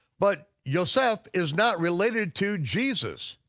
but yoseph is not related to jesus.